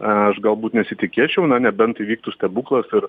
aš galbūt nesitikėčiau na nebent įvyktų stebuklas ir